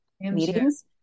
meetings